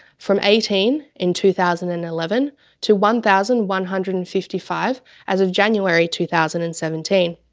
from eighteen in two thousand and eleven to one thousand one hundred and fifty five as of january two thousand and seventeen.